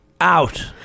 out